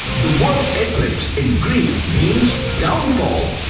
the word eclipse in greek means downfall.